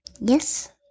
Yes